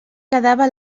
quedava